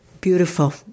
beautiful